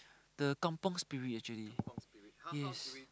the kampung Spirit actually yes